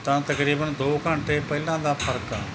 ਤਾਂ ਤਕਰੀਬਨ ਦੋ ਘੰਟੇ ਪਹਿਲਾਂ ਦਾ ਫਰਕ ਆ